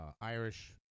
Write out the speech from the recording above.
Irish